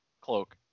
cloak